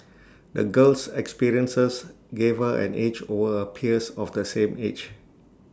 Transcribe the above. the girl's experiences gave her an edge over her peers of the same age